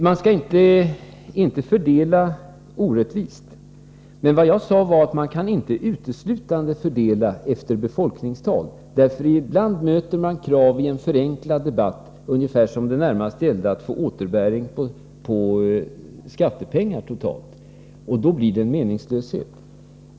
Man skall inte fördela orättvist, Karl Boo, men vad jag sade var att man kan inte uteslutande fördela efter befolkningstal. Ibland möter man krav i en förenklad debatt, ungefär som om det gällde att få återbäring på skattepengar. Då blir det en meningslöshet.